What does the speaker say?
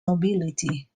nobility